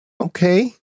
okay